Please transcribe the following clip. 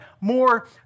more